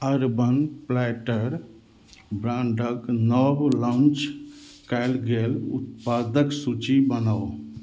urban platter ब्राण्डक नव launch कयल गेल उत्पादक सूची बनाउ